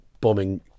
Bombing